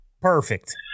Perfect